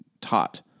taught